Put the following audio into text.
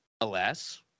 alas